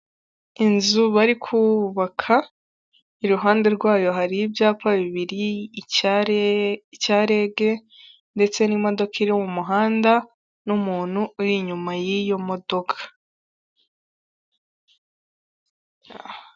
Inzu bari kubaka iruhande rwayo hari ibyapa bibiri icya rege ndetse n'imodoka iri mu muhanda n'umuntu uri inyuma y'iyo modoka.